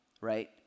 right